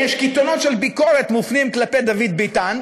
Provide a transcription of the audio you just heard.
קיתונות של ביקורת מופנים כלפי דוד ביטן.